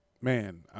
Man